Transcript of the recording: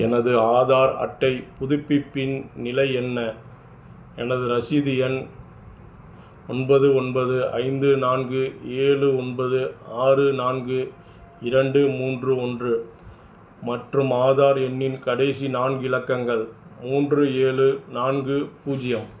எனது ஆதார் அட்டை புதுப்பிப்பின் நிலை என்ன எனது ரசீது எண் ஒன்பது ஒன்பது ஐந்து நான்கு ஏழு ஒன்பது ஆறு நான்கு இரண்டு மூன்று ஒன்று மற்றும் ஆதார் எண்ணின் கடைசி நான்கு இலக்கங்கள் மூன்று ஏழு நான்கு பூஜ்ஜியம்